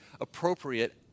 appropriate